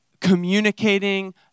communicating